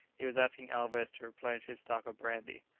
he was asking alvez to replenish his stock of brandy.